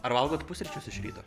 ar valgot pusryčius iš ryto